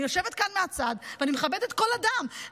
אני יושבת כאן מהצד ואני מכבדת כל אדם,